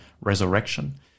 resurrection